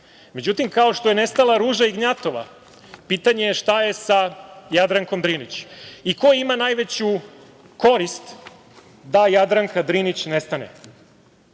Međutim, kao što je nestala Ruža Ignjatova, pitanje je šta je sa Jadrankom Drinić i ko ima najveću korist da Jadranka Drinić nestane?